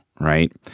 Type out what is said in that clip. right